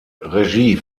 regie